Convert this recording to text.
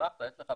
שלחנו,